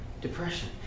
depression